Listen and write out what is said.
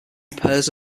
pairs